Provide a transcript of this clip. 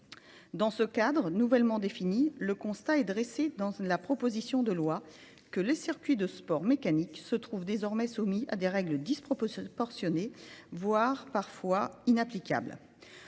Dans ce cadre, nouvellement défini, le constat est dressé dans la proposition de loi que les circuits de sport mécanique se trouvent désormais soumis à des règles disproportionnées, voire parfois inapplicables.